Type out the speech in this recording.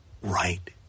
right